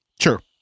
Sure